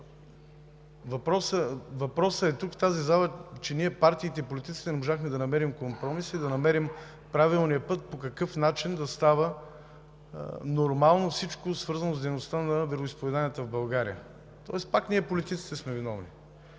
Въпросът е тук, в тази зала, че ние – партиите и политиците, не можахме да намерим компромис и да намерим правилния път по какъв начин да става нормално всичко, свързано с дейността на вероизповеданията в България, тоест пак ние политиците сме виновни.